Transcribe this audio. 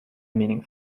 meaning